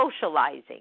socializing